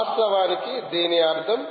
వాస్తవానికి దీని అర్థం